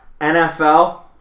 NFL